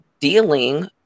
dealing